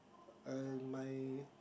uh my